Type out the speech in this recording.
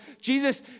Jesus